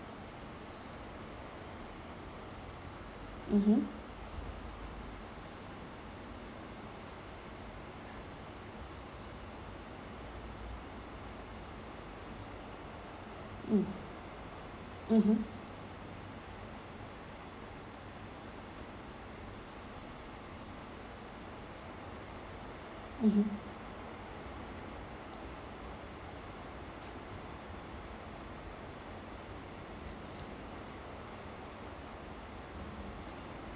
mmhmm mm mmhmm mmhmm